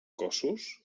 cossos